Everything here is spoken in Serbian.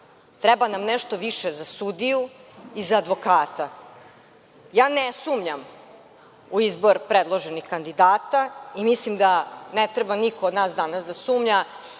Treba nam nešto više za sudiju i za advokata. Ne sumnjam u izbor predloženih kandidata i mislim da ne treba niko od nas danas da sumnja